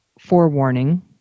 forewarning